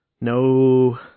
No